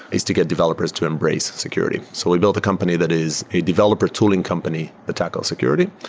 is to get developers to embrace security. so we built a company that is a developer tooling company that tackle security,